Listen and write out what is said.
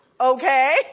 okay